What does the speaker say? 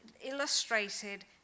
illustrated